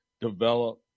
develop